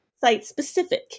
site-specific